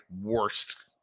worst